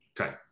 Okay